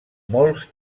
molts